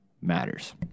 matters